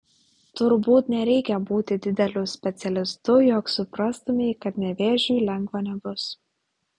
turbūt nereikia būti dideliu specialistu jog suprastumei kad nevėžiui lengva nebus